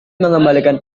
mengembalikan